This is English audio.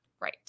Right